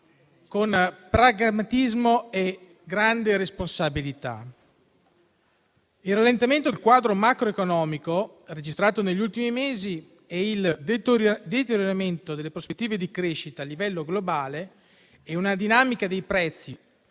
con pragmatismo e grande responsabilità. Il rallentamento del quadro macroeconomico registrato negli ultimi mesi, il deterioramento delle prospettive di crescita a livello globale e una dinamica dei prezzi